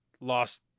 lost